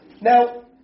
Now